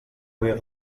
unir